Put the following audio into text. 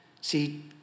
See